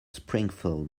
springfield